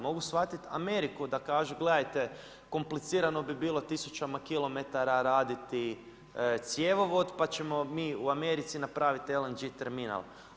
Mogu shvatiti Ameriku, da kažu, gledajte, komplicirano bi bilo tisućama kilometara raditi cjevovod, pa ćemo mi u Americi napraviti LNG terminal.